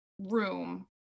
room